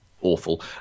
awful